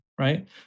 right